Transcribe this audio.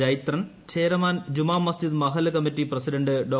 ജൈത്രൻ ചേരമാൻ ജുമാമസ്ജിദ് മഹല്ല് committee president ഡോ